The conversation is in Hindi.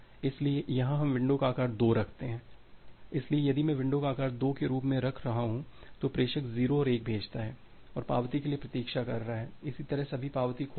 इसलिए यहां हम विंडो का आकार 2 रखते हैं इसलिए यदि मैं विंडो का आकार 2 के रूप में रख रहा हूं तो प्रेषक 0 और 1 भेजता है और पावती के लिए प्रतीक्षा कर रहा है इसी तरह सभी पावती खो गई